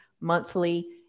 monthly